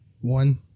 One